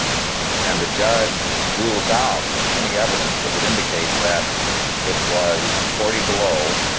and the judge rules out any evidence that would indicate that it was forty below,